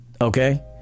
Okay